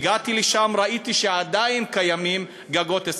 הגעתי לשם, ראיתי שעדיין קיימים גגות אזבסט.